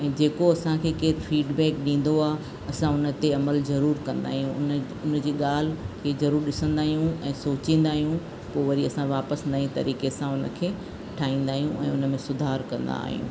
ऐं जेको असांखे केर फीडबैक ॾींदो आहे असां उनते अमलु ज़रूर कंदा आहियूं उन उनजी ॻाल्हि खे ज़रूर ॾिसंदा आहियूं ऐं सोचिंदा आहियूं पो वरी असां वापस नई तरीके सां उनखे ठाहींदा आहियूं ऐं उनमें सुधार कंदा आहियूं